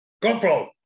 GoPro